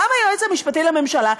קם היועץ המשפטי לממשלה ואמר: